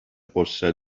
غصه